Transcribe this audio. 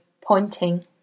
pointing